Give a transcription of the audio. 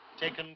taken